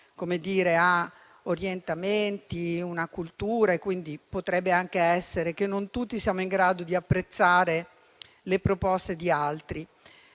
noi poi ha orientamenti e una cultura e, quindi, potrebbe anche essere che non tutti siamo in grado di apprezzare le proposte di altri